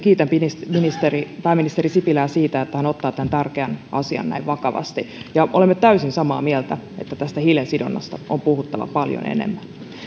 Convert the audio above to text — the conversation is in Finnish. kiitän pääministeri pääministeri sipilää siitä että hän ottaa tämän tärkeän asian näin vakavasti olemme täysin samaa mieltä että tästä hiilen sidonnasta on puhuttava paljon enemmän